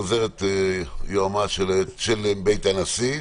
עוזרת יועמ"ש של בית הנשיא.